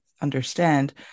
understand